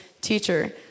Teacher